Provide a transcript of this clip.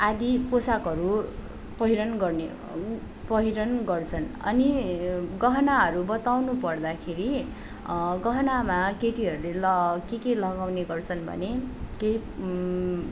आदि पोशाकहरू पहिरन गर्ने पहिरन गर्छन् अनि गहनाहरू बताउनु पर्दाखेरि गहनामा केटीहरूले ल के के लगाउने गर्छन् भने केही